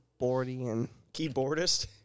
Keyboardist